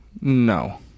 no